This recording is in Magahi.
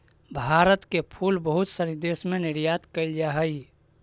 भारत के फूल बहुत सनी देश में निर्यात कैल जा हइ